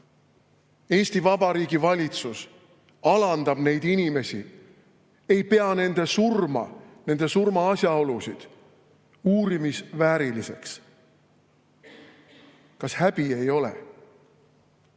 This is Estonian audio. Eesti Vabariigi valitsus alandab neid inimesi, ei pea nende surma, nende surma asjaolusid uurimisvääriliseks. Kas häbi ei ole?